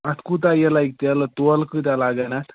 اَتھ کوٗتاہ یہِ لگہِ تِلہٕ تولہٕ کۭتیٛاہ لَگن اَتھ